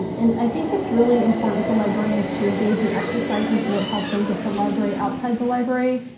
and i think it's really important for librarians to engage in exercises that help them get the library outside the library.